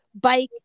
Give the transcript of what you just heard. bike